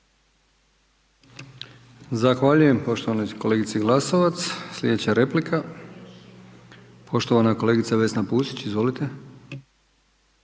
Zahvaljujem poštovanoj kolegici Glasovac. Sljedeća replika poštovana kolegica Vesna Pusić, izvolite.